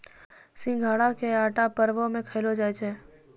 सिघाड़ा के आटा परवो मे खयलो जाय छै